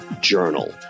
Journal